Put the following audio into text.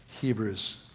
Hebrews